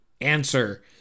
answer